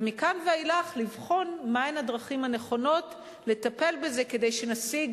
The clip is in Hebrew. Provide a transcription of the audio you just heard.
ומכאן ואילך לבחון מהן הדרכים הנכונות לטפל בזה גם כדי שנשיג